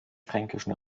fränkischen